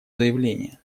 заявление